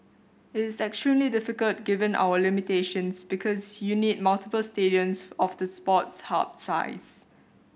it is extremely difficult given our limitations because you need multiple stadiums of the Sports Hub size